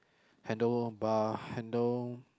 handle bar handle